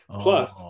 plus